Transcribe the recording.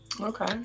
Okay